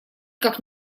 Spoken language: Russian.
как